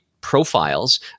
profiles